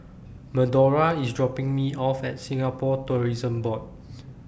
Medora IS dropping Me off At Singapore Tourism Board